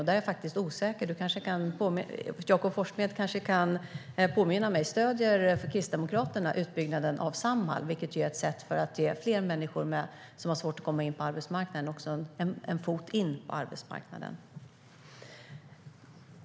Jag är osäker, men Jakob Forssmed kanske kan påminna mig: Stöder Kristdemokraterna utbyggnaden av Samhall, vilket ju är ett sätt att ge fler människor som har svårt att komma in på arbetsmarknaden en fot in där?